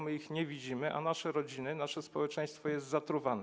My ich nie widzimy, a nasze rodziny, nasze społeczeństwo są zatruwane.